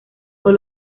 con